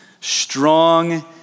strong